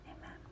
Amen